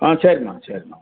சரிம்மா சரிம்மா சரி ஓகே